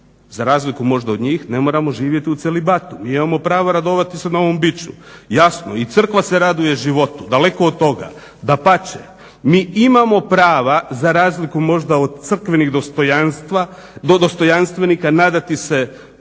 za razliku možda od njih ne moramo živjeti u celibatu. Mi imamo pravo radovati se novom biću. Jasno i crkva se raduje životu, daleko od toga. Dapače, mi imamo prava za razliku možda od crkvenih dostojanstava, do dostojanstvenika nadati se